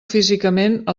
físicament